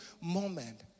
moment